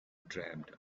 dreamed